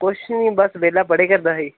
ਕੁਛ ਨਹੀਂ ਬਸ ਵਿਹਲਾ ਪੜ੍ਹਿਆ ਕਰਦਾ ਸੀ